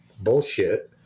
bullshit